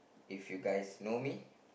if you guys know me